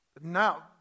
Now